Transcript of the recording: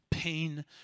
pain